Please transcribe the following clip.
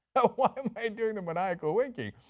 why am i doing the maniacal winking?